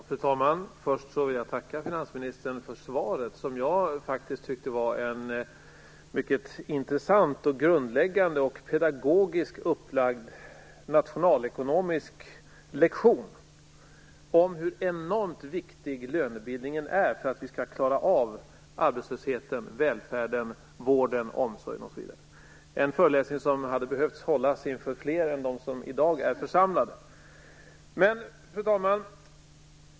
Fru talman! Först vill jag tacka finansministern för svaret, som jag faktiskt tycker är en mycket intressant, grundläggande och pedagogiskt upplagd nationalekonomisk lektion om hur enormt viktig lönebildningen är för att vi skall klara av arbetslösheten och välfärden - vården, omsorgen osv. Den föreläsningen hade behövt hållas inför fler än dem som i dag är församlade här.